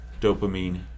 dopamine